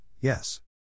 yes